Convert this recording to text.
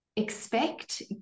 expect